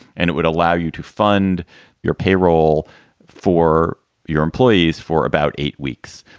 and it would allow you to fund your payroll for your employees for about eight weeks.